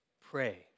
pray